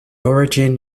origin